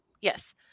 Yes